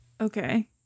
Okay